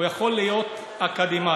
הוא יכול להיות אקדמאי,